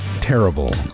terrible